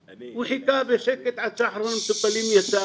הוא חיכה בשקט עד שאחרון המטופלים יצא